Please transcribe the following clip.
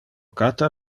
cata